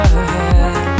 ahead